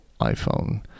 iphone